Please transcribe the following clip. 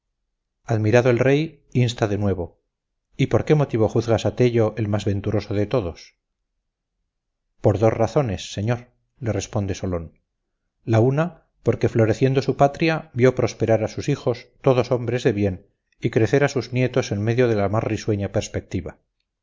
admirado el rey insta de nuevo y por qué motivo juzgas a tello el más venturoso de todos por dos razones señor le responde solón la una porque floreciendo su patria vio prosperar a sus hijos todos hombres de bien y crecer a sus nietos en medio de la más risueña perspectiva